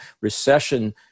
recession